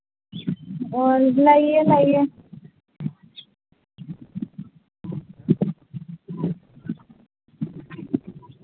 ꯍꯣ ꯂꯩꯌꯦ ꯂꯩꯌꯦ